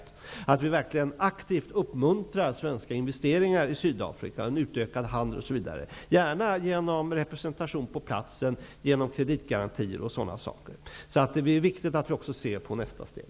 Det är viktigt att vi verkligen aktivt uppmuntrar svenska investeringar, en utökad handel osv. i och med Sydafrika -- gärna genom representation på platsen, kreditgarantier och sådana saker. Det är viktigt att vi också ser nästa steg.